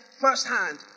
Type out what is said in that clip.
firsthand